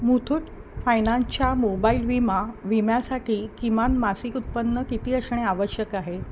मूथूट फायनान्सच्या मोबाईल विमा विम्यासाठी किमान मासिक उत्पन्न किती असणे आवश्यक आहे